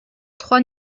trois